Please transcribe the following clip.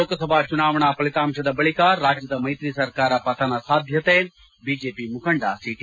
ಲೋಕಸಭಾ ಚುನಾವಣಾ ಫಲಿತಾಂಶದ ಬಳಿಕ ರಾಜ್ಯದ ಮೈತ್ರಿ ಸರ್ಕಾರ ಪತನ ಸಾಧ್ಯತೆ ಬಿಜೆಪಿ ಮುಖಂಡ ಸಿಟಿ